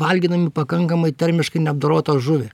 valgydami pakankamai termiškai neapdorotą žuvį